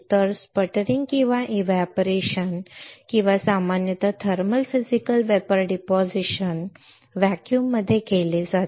तर स्पटरिंगकिंवा एव्हपोरेशन किंवा सामान्यतः थर्मल फिजिकल वेपर डिपॉझिशन सामान्यतः व्हॅक्यूममध्ये केले जाते